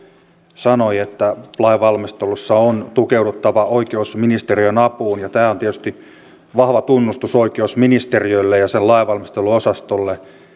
sanoi että lainvalmistelussa on tukeuduttava oikeusministeriön apuun ja tämä on tietysti vahva tunnustus oikeusministeriölle ja sen lainvalmisteluosastolle